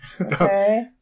Okay